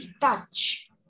touch